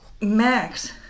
Max